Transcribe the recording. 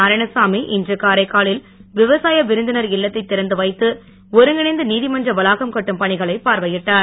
நாராயணசாமி இன்று காரைக்காலில் விவசாய விருந்தினர் இல்லத்தை திறந்து வைத்து ஒருங்கிணைந்த நீதிமன்ற வளாகம் கட்டும் பணிகளை பார்வையிட்டார்